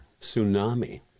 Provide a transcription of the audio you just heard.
tsunami